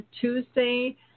Tuesday